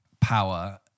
power